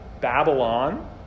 Babylon